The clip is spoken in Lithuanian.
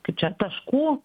kaip čia taškų